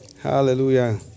Hallelujah